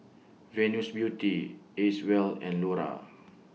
Venus Beauty Acwell and Lora